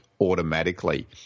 automatically